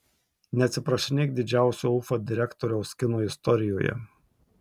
neatsiprašinėk didžiausio ufa direktoriaus kino istorijoje